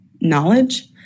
knowledge